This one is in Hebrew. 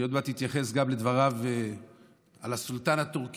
אני עוד מעט אתייחס גם לדברים על הסולטן הטורקי,